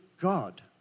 God